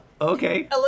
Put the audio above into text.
okay